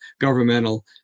governmental